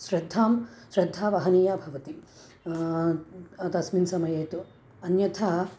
श्रद्धां श्रद्धा वहनीया भवति तस्मिन् समये तु अन्यथा